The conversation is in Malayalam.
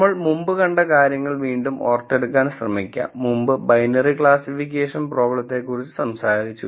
നമ്മൾ മുമ്പ് കണ്ട കാര്യങ്ങൾ വീണ്ടും ഓർത്തെടുക്കാൻ ശ്രെമിക്കാം മുമ്പ് ബൈനറി ക്ലാസിഫിക്കേഷൻ പ്രോബ്ലത്തെക്കുറിച്ച് സംസാരിച്ചു